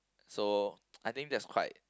so I think that's quite